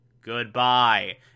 Goodbye